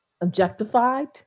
objectified